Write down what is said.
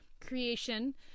creation